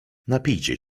napijcie